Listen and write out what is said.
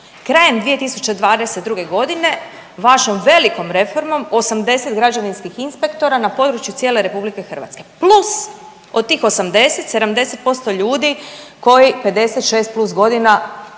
krajem 2022.g. vašom velikom reformom 80 građevinskih inspektora na području cijele RH, plus od tih 80, 70% ljudi koji 56+ godina